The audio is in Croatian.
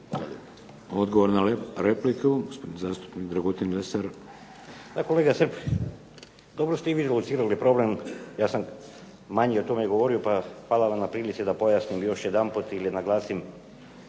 Odgovor na repliku, gospodin zastupnik Dragutin Lesar. **Lesar, Dragutin (Nezavisni)** Kolega Srb, dobro ste i vi locirali problem. Ja sam manje o tome govorio pa hvala vam na prilici da pojasnim još jedanput ili naglasim